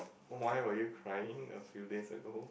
why were you crying a few days ago